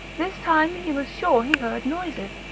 this time he was sure he heard noises,